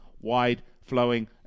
wide-flowing